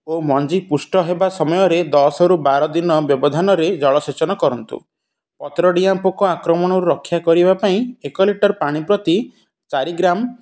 ଓ ମଞ୍ଜି ପୃଷ୍ଟ ହେବା ସମୟରେ ଦଶରୁ ବାର ଦିନ ବ୍ୟବଧାନରେ ଜଳସେଚନ କରନ୍ତୁ ପତ୍ର ଡିଆଁ ପୋକ ଆକ୍ରମଣରୁ ରକ୍ଷା କରିବା ପାଇଁ ଏକ ଲିଟର୍ ପାଣି ପ୍ରତି ଚାରି ଗ୍ରାମ୍